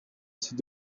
ces